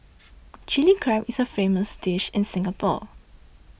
Chilli Crab is a famous dish in Singapore